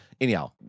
Anyhow